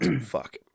Fuck